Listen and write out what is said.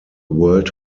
world